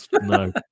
No